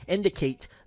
indicate